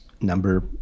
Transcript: number